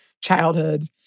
childhood